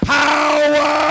power